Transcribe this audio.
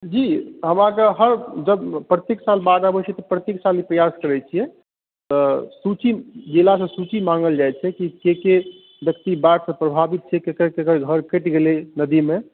जी हमरा तऽ प्रत्येक साल बाढ़ि आबै छै तऽ प्रत्येक साल ई प्रयास करै छियै तऽ सुचि जिलामे सुचि माङ्गल जाइया जे के के व्यक्ति बाढ़ि सँ प्रभावित छै केकर केकर घर कटि गेलै नदी मे